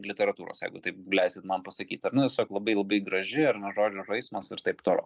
literatūros jeigu taip leisit man pasakyt ar ne tiesiog labai labai graži ar ne žodžių žaismas ir taip toliau